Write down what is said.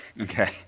Okay